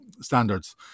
standards